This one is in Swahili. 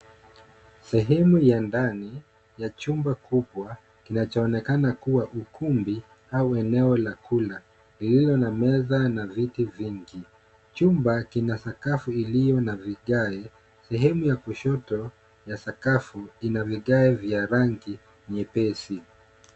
Sehemu ya ndani ya chumba kubwa kinachonekana kuwa ukumbi au eneo la kula. Lilio na meza na viti vingi. Chumba kina sakafu iliyo na vigae, sehemu ya kushoto ya sakafu ina vigae vya rangi nyepesi.